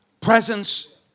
presence